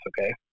okay